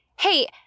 Hey